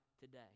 today